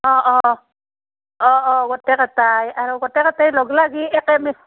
অ' অ' অ' অ' গোটে কেইটাই আৰু গোটে কেইটাই লগ লাগি একে